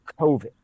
COVID